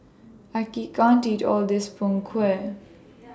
I can't eat All This Png Kueh